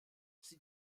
sie